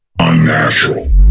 UNNATURAL